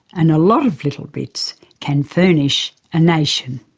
and a lot of little bits can furnish a nation.